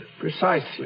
Precisely